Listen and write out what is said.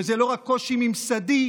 ובה זכיתי אני לכהן כשר המשפטים,